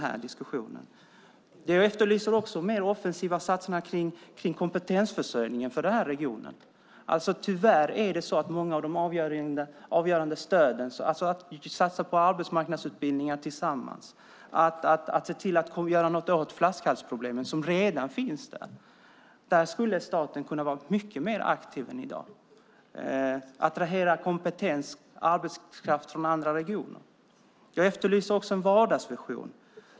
Jag efterlyser också mer offensiva satsningar på kompetensförsörjning för den här regionen. Det handlar om de avgörande stöden - att satsa på arbetsmarknadsutbildningar tillsammans och att göra något åt de flaskhalsproblem som redan finns där. Där skulle staten kunna vara mycket mer aktiv än i dag. Det handlar också om att attrahera kompetens, arbetskraft, från andra regioner. Jag efterlyser också en vardagsvision.